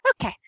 Okay